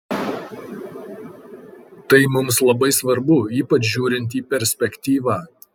tai mums labai svarbu ypač žiūrint į perspektyvą